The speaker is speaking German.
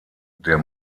der